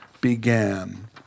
began